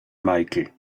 michael